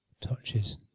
touches